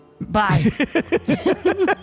Bye